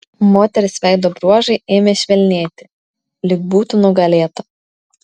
moters veido bruožai ėmė švelnėti lyg būtų nugalėta